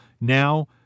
Now